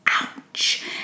ouch